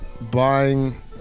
buying